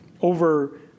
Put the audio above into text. over